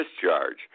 discharge